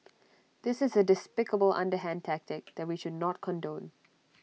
this is A despicable underhand tactic that we should not condone